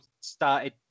started